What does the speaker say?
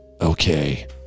okay